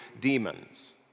demons